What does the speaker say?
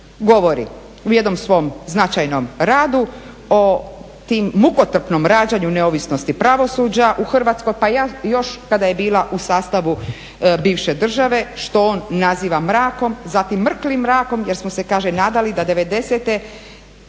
govori u jednom svom značajnom radu o mukotrpnom rađanju neovisnosti pravosuđa u Hrvatskoj, pa ja još kada je bila u sastavu bivše države što on naziva mrakom, zatim mrklim mrakom jer smo se kaže nadali da